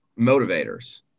motivators